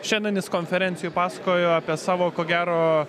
šiandien jis konferencijoj pasakojo apie savo ko gero